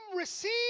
receive